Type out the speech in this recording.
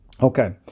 Okay